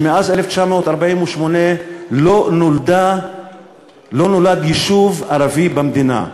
שמאז 1948 לא נולד יישוב ערבי במדינה,